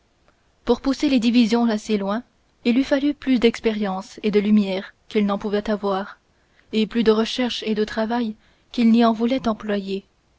pour pousser les divisions assez loin il eût fallu plus d'expérience et de lumière qu'ils n'en pouvaient avoir et plus de recherches et de travail qu'ils n'y en voulaient employer